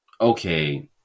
okay